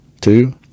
Two